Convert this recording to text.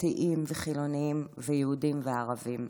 דתיים וחילונים, יהודים וערבים.